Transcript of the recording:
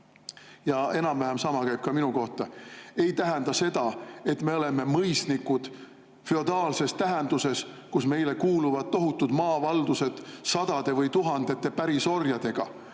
– enam-vähem sama käib ka minu kohta –, ei tähenda seda, et me oleme mõisnikud feodaalses tähenduses, et meile kuuluvad tohutud maavaldused sadade või tuhandete pärisorjadega.